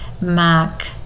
Mac